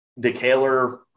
decaler